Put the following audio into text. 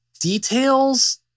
details